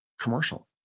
commercial